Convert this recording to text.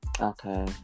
Okay